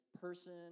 person